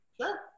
Sure